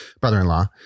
brother-in-law